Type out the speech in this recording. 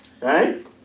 Right